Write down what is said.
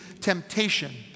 temptation